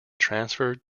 transferred